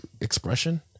expression